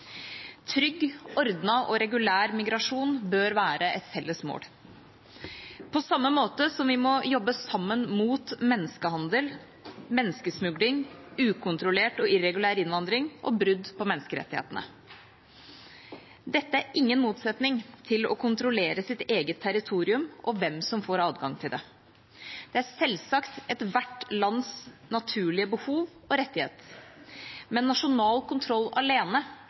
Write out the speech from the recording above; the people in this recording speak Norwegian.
Trygg, ordnet og regulær migrasjon bør være et felles mål – på samme måte som vi må jobbe sammen mot menneskehandel, menneskesmugling, ukontrollert og irregulær innvandring og brudd på menneskerettighetene. Dette er ingen motsetning til å kontrollere sitt eget territorium og hvem som får adgang til det. Det er selvsagt ethvert lands naturlige behov og rettighet. Men nasjonal kontroll alene